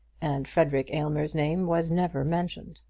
and frederic aylmer's name was never mentioned.